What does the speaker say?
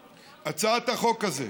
הצעת החוק הזאת